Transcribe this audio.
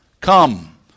Come